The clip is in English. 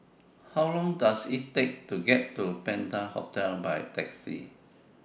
How Long Does IT Take to get to Penta Hotel By Taxi